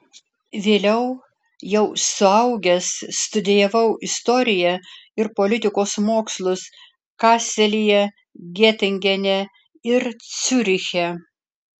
vėliau jau suaugęs studijavau istoriją ir politikos mokslus kaselyje getingene ir ciuriche